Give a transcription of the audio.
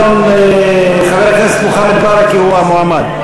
הנה שלושתם, ברכה הוא המועמד.